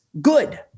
good